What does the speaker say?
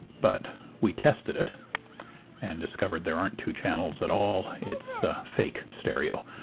but we tested it and discovered there aren't two channels at all it's fake stereo.